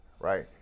right